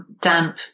damp